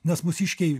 nes mūsiškiai